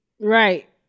Right